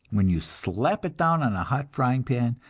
when you slap it down on a hot frying-pan,